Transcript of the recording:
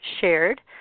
shared